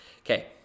Okay